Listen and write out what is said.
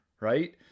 right